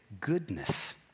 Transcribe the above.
goodness